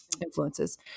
influences